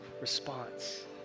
response